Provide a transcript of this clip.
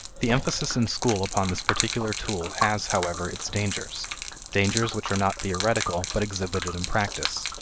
the emphasis in school upon this particular tool has, however, its dangers dangers which are not theoretical but exhibited in practice.